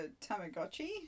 Tamagotchi